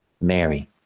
Mary